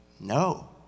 No